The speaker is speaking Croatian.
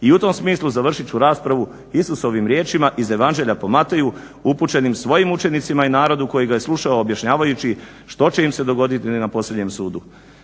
I u tom smislu završit ću raspravu Isusovim riječima iz Evanđelja po Mateju upućenim svojim učenicima i narodu koji ga je slušao objašnjavajući što će im se dogoditi na posljednjem sudu.